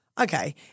okay